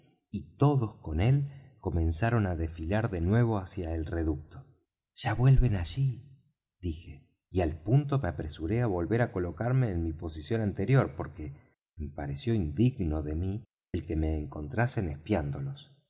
y todos con él comenzaron á desfilar de nuevo hacia el reducto ya vuelven allí dije y al punto me apresuré á volver á colocarme en mi posición anterior porque me pareció indigno de mí el que me encontrasen espiándolos